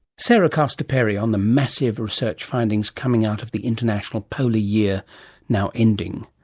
sarah castor-perry on the massive research findings coming out of the international polar year now ending